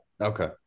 Okay